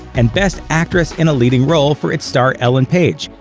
and best actress in a leading role for its star ellen page,